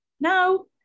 no